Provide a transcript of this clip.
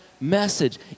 message